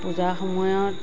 পূজা সময়ত